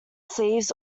sleeves